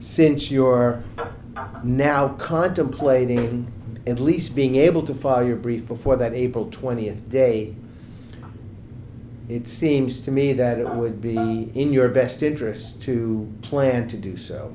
since your now contemplating and least being able to file your brief before that april twentieth day it seems to me that it would be in your best interest to plan to do so